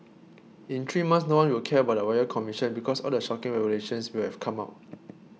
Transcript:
in three months no one will care about the Royal Commission because all the shocking revelations will have come out